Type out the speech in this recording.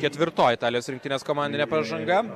ketvirtoji italijos rinktinės komandinė pražanga